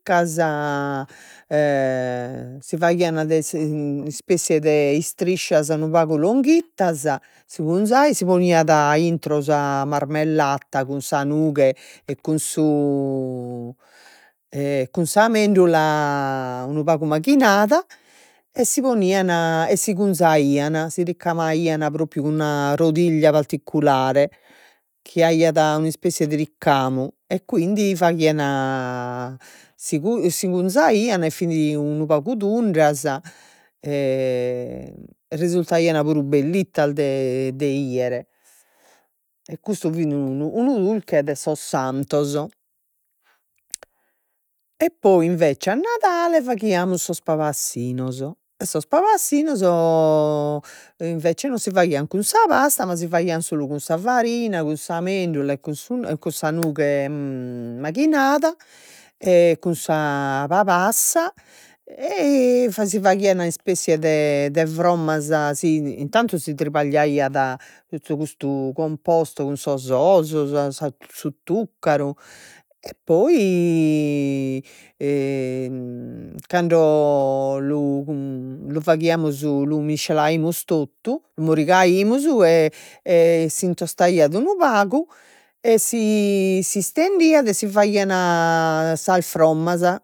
Ca sa si faghian de ispessia de istriscias unu pagu longhittas, si cunzaiat, si poniat intro sa marmellada, cun sa nughe e cun su e cun sa mendula, unu pagu maghinada e si ponian e si cunzaian, si ricamaian propriu cun una rodiglia particulare, chi aiat un'ispessia de ricamu e quindi faghian, si si cunzaian e fin unu pagu tundas resultaian puru bellittas de de 'iere, e custu fit unu unu dulche de sos santos. E poi invece a Nadale faghiamus sos pabassinos, sos pabassinos invece non si faghian cun sa pasta, ma si faghian solu cun sa farina, cun sa mendula, e cun su cun sa nughe maghinada, e cun sa pabassa, e si faghian ispessia de de frommas si intantu si tribagliaiat totu custu composto, cun sos ôs sas sas su tuccaru e poi cando lu faghiamus, lu miscelaimus totu, morigaimus e e s'intostaiat unu pagu, e si s'istendiat e si faghian sas frommas.